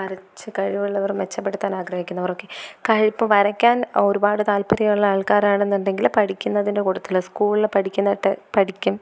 വരച്ചു കഴിവുകൾ മെച്ചപ്പെടുത്താൻ ആഗ്രഹിക്കുന്നവർക്ക് ഇപ്പോൾ വരയ്ക്കാൻ ഒരുപാട് താൽപര്യമുള്ള ആൾക്കാരാണെന്നുണ്ടെങ്കിൽ പഠിക്കുന്നതിൻ്റെ കൂട്ടത്തിൽ സ്കൂളിൽ പഠിക്കുന്ന ടൈം പഠിക്കും